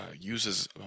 uses